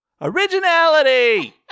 Originality